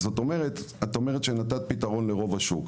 את אומרת שנתת פתרון לרוב השוק,